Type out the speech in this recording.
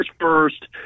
first